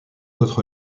autre